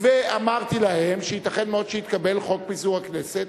ואמרתי להם שייתכן מאוד שיתקבל חוק פיזור הכנסת.